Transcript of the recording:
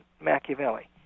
Machiavelli